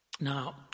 Now